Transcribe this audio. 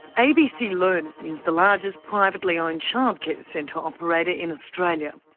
abc learning is the largest, privately-owned childcare centre operator in australia.